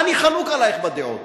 ואני חלוק עלייך בדעות